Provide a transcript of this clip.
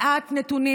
מעט נתונים,